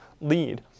lead